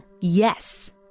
Yes